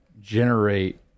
generate